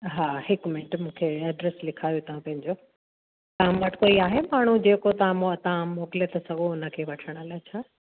हा हिकु मिंट मूंखे एड्रेस लिखायो तव्हां पंहिंजो तव्हां वटि कोई आहे माण्हू जेको तव्हां मोकिले था सघो हुन खे वठण लाए छा